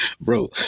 Bro